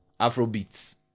Afrobeats